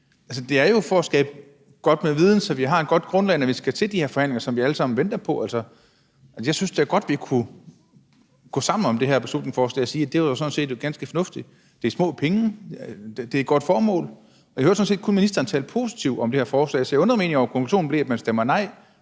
Det er jo for at samle viden, så vi har et godt grundlag, når vi skal til de forhandlinger, som vi alle sammen venter på. Jeg synes da godt, vi kunne gå sammen om det her beslutningsforslag og sige, at det jo sådan set er ganske fornuftigt. Det er små penge, det er et godt formål, og jeg hører sådan set kun ministeren tale positivt om det her forslag, så jeg undrer mig egentlig over, at konklusionen bliver, at man stemmer nej